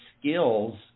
skills